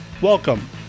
Welcome